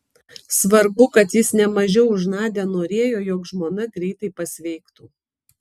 svarbu kad jis ne mažiau už nadią norėjo jog žmona greitai pasveiktų